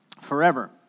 forever